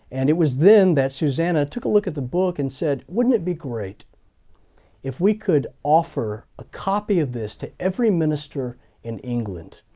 and it was then that susannah took a look at the book and said, wouldn't it be great if we could offer a copy of this to every minister in england.